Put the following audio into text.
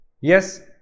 Yes